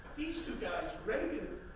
these two guys, reagan